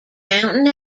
counting